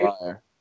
liar